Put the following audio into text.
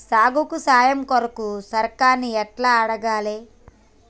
సాగుకు సాయం కొరకు సర్కారుని ఎట్ల అడగాలే?